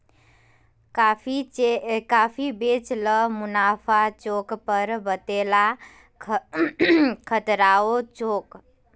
काफी बेच ल मुनाफा छोक पर वतेला खतराओ छोक